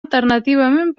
alternativament